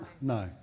No